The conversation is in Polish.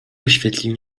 oświetlił